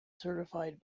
certified